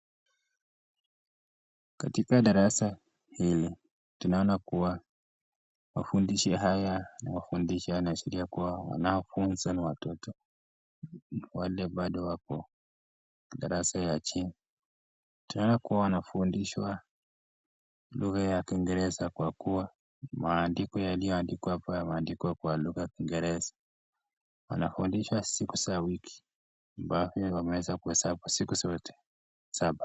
Katika darasa hili, tunaona kuwa mafundisho haya yanawafundisha yanaashiria kuwa wanaofunzwa ni watoto. Wale ambao wako darasa ya chini, tena kuwa wanafundishwa lugha ya kiingereza kwa kuwa maandiko yalioyoandikwa hapo yameandikwa kwa lugha ya kiingereza. Wanafundisha siku za wiki ambapo wameweza kuhesabu siku zote saba.